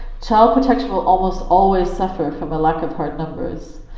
child protection will almost always suffer from a lack of hard numbers.